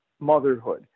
motherhood